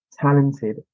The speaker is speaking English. talented